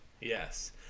Yes